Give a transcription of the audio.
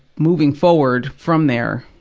moving forward from there,